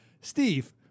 Steve